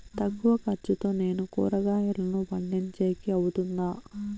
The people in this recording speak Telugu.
తక్కువ ఖర్చుతో నేను కూరగాయలను పండించేకి అవుతుందా?